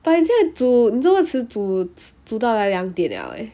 but 你现在煮你这么迟煮煮到来两点了 leh